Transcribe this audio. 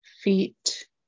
feet